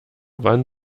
wann